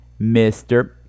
Mr